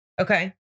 Okay